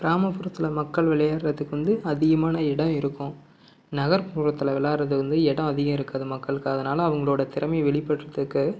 கிராமப்புறத்தில் மக்கள் விளையாடுறதுக்கு வந்து அதிகமான இடம் இருக்கும் நகர்ப்புறத்தில் விளாட்றது வந்து இடம் அதிகம் இருக்காது மக்களுக்கு அதனால் அவங்களோட திறமை வெளிப்படுறதுக்கு